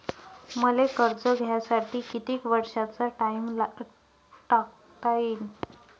मले कर्ज घ्यासाठी कितीक वर्षाचा टाइम टाकता येईन?